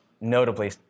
notably